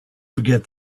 forget